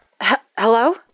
Hello